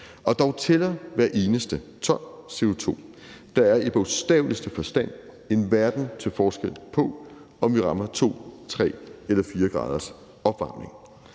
Og dog tæller hvert eneste ton CO2. Der er i bogstaveligste forstand en verden til forskel på, om vi rammer 2, 3 eller 4 graders opvarmning.